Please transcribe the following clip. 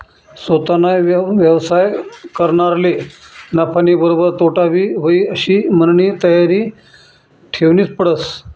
सोताना व्यवसाय करनारले नफानीबरोबर तोटाबी व्हयी आशी मननी तयारी ठेवनीच पडस